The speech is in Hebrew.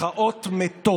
מחאות מתות